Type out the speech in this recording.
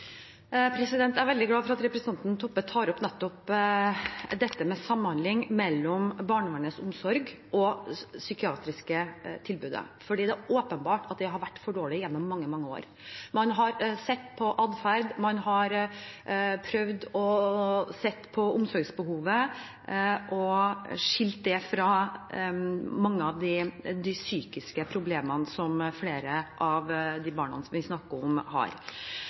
samhandling mellom barnevernets omsorg og det psykiatriske tilbudet, for det er åpenbart at det har vært for dårlig gjennom mange, mange år. Man har sett på atferd, man har sett på omsorgsbehovet og skilt det fra mange av de psykiske problemene som flere av de barna som vi snakker om, har.